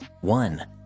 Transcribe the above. one